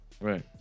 Right